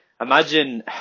Imagine